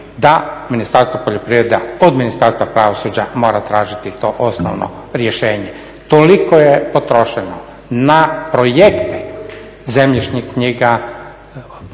da Ministarstvo poljoprivrede od Ministarstva mora tražiti to osnovno rješenje. Toliko je potrošeno na projekte zemljišnih knjiga, imamo s druge